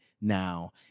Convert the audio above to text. now